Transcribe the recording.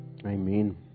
amen